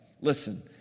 Listen